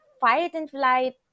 fight-and-flight